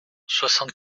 soixante